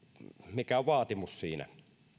mikä on vaatimus siinä